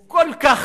הוא כל כך